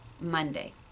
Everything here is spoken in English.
Monday